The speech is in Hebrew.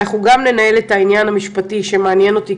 אנחנו גם ננהל את העניין המשפטי שמעניין אותי,